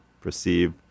perceive